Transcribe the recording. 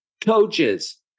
coaches